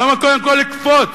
למה קודם כול לקפוץ,